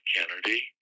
Kennedy